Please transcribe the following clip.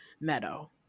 Meadow